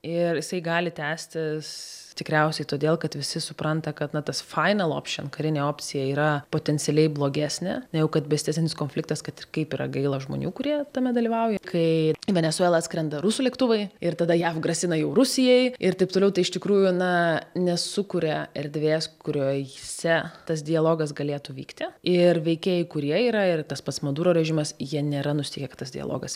ir jisai gali tęstis tikriausiai todėl kad visi supranta kad na tas fainal opšin karinė opcija yra potencialiai blogesnė negu kad besitęsiantis konfliktas kad ir kaip yra gaila žmonių kurie tame dalyvauja kai į venesuelą atskrenda rusų lėktuvai ir tada jav grasina jau rusijai ir taip toliau tai iš tikrųjų na nesukuria erdvės kuriose tas dialogas galėtų vykti ir veikėjai kurie yra ir tas pats maduro režimas jie nėra nusiteikę kad tas dialogas